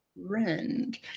Rend